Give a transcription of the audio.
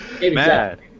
Mad